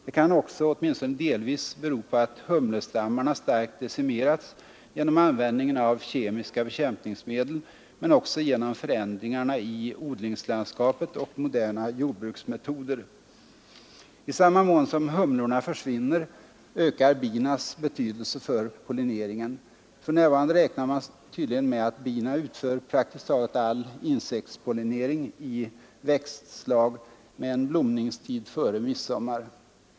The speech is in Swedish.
Det kan också, åtminstone delvis, bero på att humlestammarna starkt decimerats genom användningen av kemiska bekämpningsmedel men också av förändringar i odlingslandskapet och moderna jordbruksmetoder. I samma mån som humlorna försvinner ökar binas betydelse för pollineringen. För närvarande räknar man tydligen med att bina utför praktiskt taget all insektspollinering i växtslag med blomningstid före midsommar.